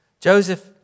Joseph